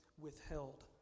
withheld